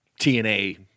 tna